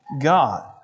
God